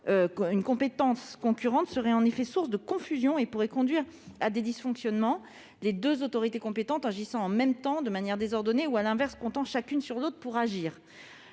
une telle situation serait source de confusion et pourrait conduire à des dysfonctionnements, les deux autorités compétentes agissant en même temps, de manière désordonnée, ou au contraire comptant l'une sur l'autre pour agir.